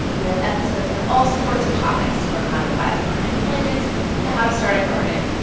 we have episodes on all sorts of topics, from how to file for unemployment to how to start a garden.